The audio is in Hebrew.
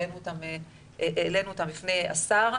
העלינו אותם בפני השר,